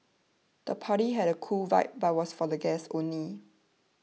the party had a cool vibe but was for the guests only